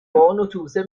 اتوبوسه